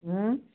ଉଁ